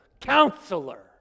counselor